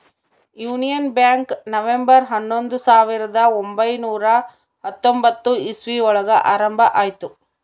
union Bank November ಹನ್ನೊಂದು ಸಾವಿರದ ಒಂಬೈನುರ ಹತ್ತೊಂಬತ್ತು ಇಸ್ವಿ ಒಳಗ ಆರಂಭ ಆಯ್ತು